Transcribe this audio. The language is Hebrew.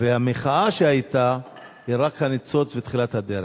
והמחאה שהיתה היא רק הניצוץ ותחילת הדרך.